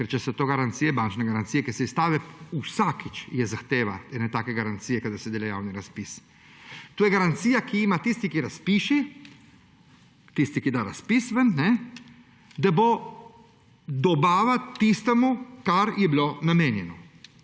Ker to so garancije, bančne garancije, ki se izstavijo, vsakič je zahteva ene take garancije, kadar se dela javni razpis. To je garancija, ki jo ima tisti, ki razpiše, tisti, ki da razpis ven, da bo dobava tistemu, kar je bilo namenjeno.